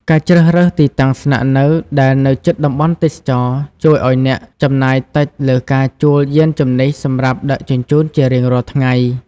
ការជ្រើសរើសទីតាំងស្នាក់នៅដែលនៅជិតតំបន់ទេសចរណ៍ ជួយឱ្យអ្នកចំណាយតិចលើការជួលយានជំនិះសម្រាប់ដឹកជញ្ជូនជារៀងរាល់ថ្ងៃ។